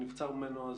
נבצר ממנו,